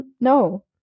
no